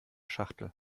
schachtel